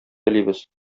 телибез